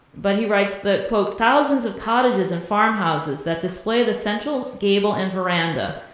but he writes that quote, thousands of cottages and farm houses that display the central gable and veranda,